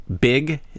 big